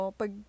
pag